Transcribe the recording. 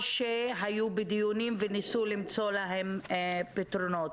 או שהיו בדיונים וניסו למצוא להם פתרונות.